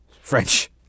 French